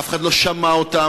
אף אחד לא שמע אותם.